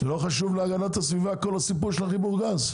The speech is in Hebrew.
לא חשוב להגנת הסביבה כל הסיפור של חיבור הגז?